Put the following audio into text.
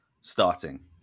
starting